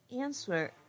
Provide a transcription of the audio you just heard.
answer